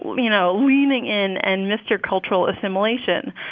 you know, leaning in and mister cultural assimilation.